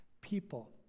People